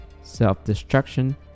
self-destruction